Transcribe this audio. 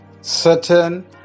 certain